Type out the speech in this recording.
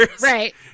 Right